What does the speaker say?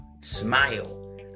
smile